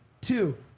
Two